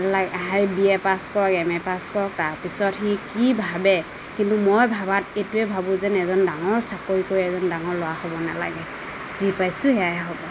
হেৰি B A pass কৰক M A pass কৰক তাৰপাছত সি কি ভাৱে কিন্তু মই ভবাত এইটোৱে ভাবোঁ যে এজন ডাঙৰ চাকৰি কৰি এজন ডাঙৰ ল'ৰা হ'ব নালাগে যি পাইছোঁ সেয়াই হ'ব